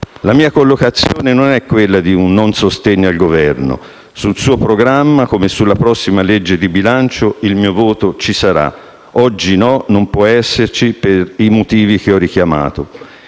La mia collocazione non è quella di un non sostegno al Governo: sul suo programma, come sulla prossima legge di bilancio, il mio voto ci sarà. Oggi no, non può esserci, per i motivi che ho richiamato.